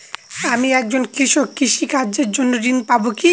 আমি একজন কৃষক কৃষি কার্যের জন্য ঋণ পাব কি?